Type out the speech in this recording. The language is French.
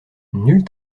nulle